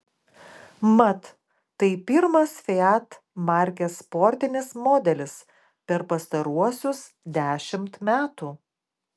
mat tai pirmas fiat markės sportinis modelis per pastaruosius dešimt metų